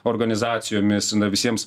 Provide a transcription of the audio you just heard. organizacijomis na visiems